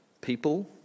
people